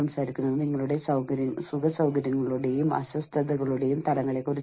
ഞാൻ നിരവധി സ്രോതസ്സുകൾ ഉപയോഗിച്ചിട്ടുണ്ട്